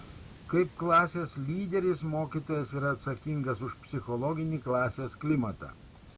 kaip klasės lyderis mokytojas yra atsakingas už psichologinį klasės klimatą